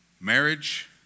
marriage